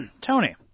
Tony